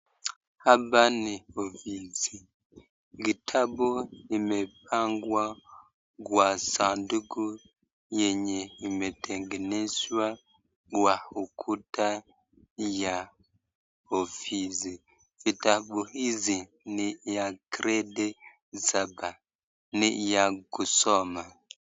Hapa ni ofisi vitabu imepangwa kwa sanduku yenye imetengenezwa kwa ukuta ya ofisi, vitabu hizi ni ya gredi ya saba ni ya kusoma.